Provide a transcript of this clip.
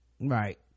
Right